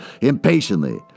impatiently